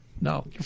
No